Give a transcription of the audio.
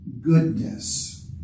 goodness